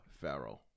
Pharaoh